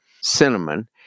cinnamon